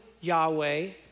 Yahweh